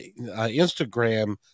Instagram